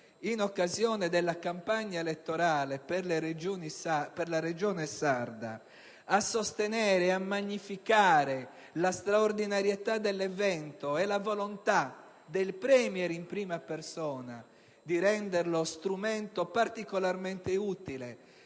in occasione della campagna elettorale per la Regione Sardegna, per sostenere e magnificare la straordinarietà dell'evento e la volontà del Premier in prima persona di renderlo strumento particolarmente utile